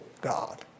God